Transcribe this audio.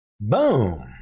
Boom